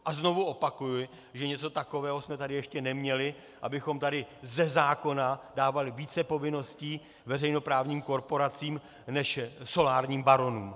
A znovu opakuji, že něco takového jsme tady ještě neměli, abychom tady ze zákona dávali více povinností veřejnoprávním korporacím než solárním baronům.